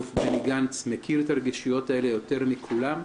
בני גנץ מכיר את הרגישויות האלה יותר מכולם,